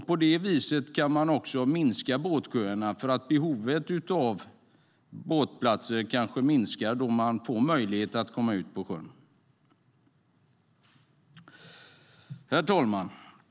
På det viset kan båtplatsköerna minska eftersom behovet av båtplats kan minska när många kan komma ut på sjön. Herr talman!